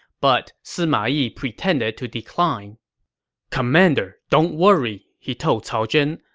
but sima yi pretended to decline commander, don't worry, he told cao zhen.